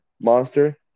monster